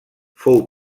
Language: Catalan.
fou